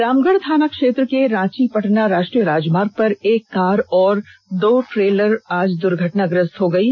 रामगढ़ थाना क्षेत्र के रांची पटना राष्ट्रीय राजमार्ग पर एक कार और दो ट्रेलर दुर्घटनाग्रस्त हो गयी